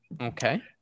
Okay